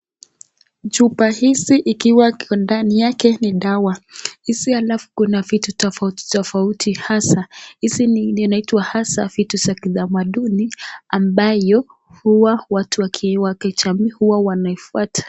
Chupa hizi ikiwa ndani yake ni dawa, hizi ikiwa ni vitu tofautitofauti hasa, za kitamaduni ambayo watu wa kijamii huwa wanaifwata.